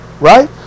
right